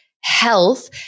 health